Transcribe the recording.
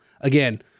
Again